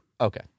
Okay